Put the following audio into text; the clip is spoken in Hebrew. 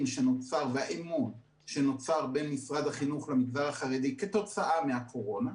שנוצר ואת האמון שנוצר בין משרד החינוך למגזר החרדי כתוצאה מהקורונה,